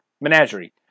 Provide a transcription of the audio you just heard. Menagerie